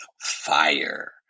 fire